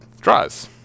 Draws